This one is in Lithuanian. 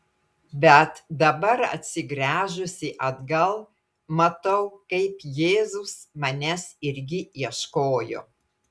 bet dabar atsigręžusi atgal matau kaip jėzus manęs irgi ieškojo